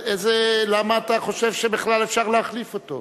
למה אתה חושב בכלל שאפשר להחליף אותו?